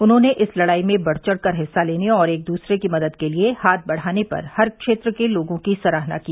उन्होंने इस लड़ाई में बढ़ चढ़कर हिस्सा लेने और एक दूसरे की मदद के लिए हाथ बढ़ाने पर हर क्षेत्र के लोगों की सराहना की